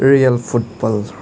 real football